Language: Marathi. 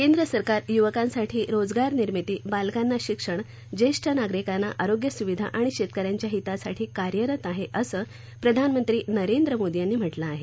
केंद्र सरकार युवकांसाठी रोजगार निर्मिती बालकांना शिक्षण ज्येष्ठ नागरिकांना आरोग्यसुविधा आणि शेतक यांच्या हितासाठी कार्यरत आहे असं प्रधानमंत्री नरेंद्र मोदी यांनी म्हटलं आहे